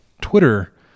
Twitter